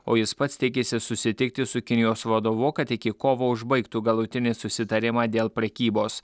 o jis pats tikisi susitikti su kinijos vadovu kad iki kovo užbaigtų galutinį susitarimą dėl prekybos